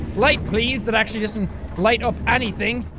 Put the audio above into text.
light please that actually doesn't light up anything.